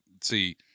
see